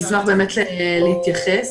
נשמח להתייחס.